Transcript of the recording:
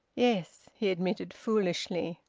yes, he admitted foolishly,